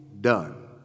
done